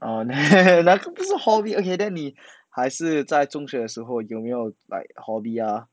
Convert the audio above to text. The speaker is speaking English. oh 那个不是 hobby then 你还是在中学的时候有没有 like hobby ah